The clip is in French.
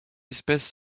espèces